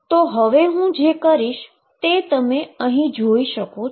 તો હવે હુ જે કરીશ એ તમે જોઈ શકો છો